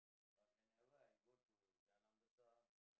but whenever I go to Jalan-Besar